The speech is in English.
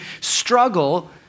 struggle